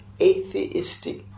atheistic